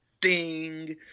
Ding